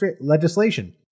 legislation